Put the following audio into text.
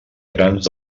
grans